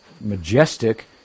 majestic